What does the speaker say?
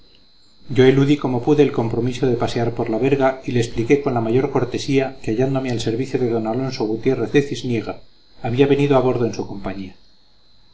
yo eludí como pude el compromiso de pasear por la verga y le expliqué con la mayor cortesía que hallándome al servicio de d alonso gutiérrez de cisniega había venido a bordo en su compañía